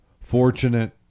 fortunate